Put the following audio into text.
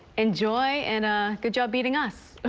enjoy and ah good job beating us.